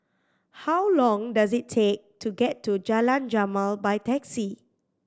how long does it take to get to Jalan Jamal by taxi